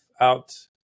out